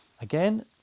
Again